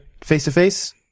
face-to-face